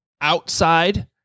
outside